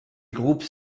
groupes